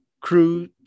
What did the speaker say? crew